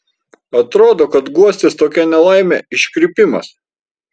atrodo kad guostis tokia nelaime iškrypimas